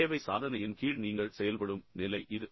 தேவை சாதனையின் கீழ் நீங்கள் செயல்படும் நிலை இது